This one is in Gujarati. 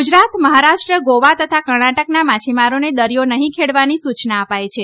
ગુજરાત મહારાષ્ટ્ર ગોવા તથા કર્ણાટકના માછીમારોને દરિયો નહી ખેડવાની સૂચના અપાઇ છે